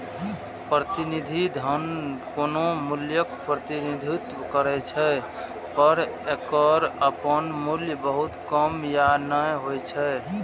प्रतिनिधि धन कोनो मूल्यक प्रतिनिधित्व करै छै, पर एकर अपन मूल्य बहुत कम या नै होइ छै